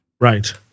Right